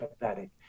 pathetic